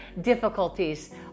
difficulties